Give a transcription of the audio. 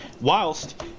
whilst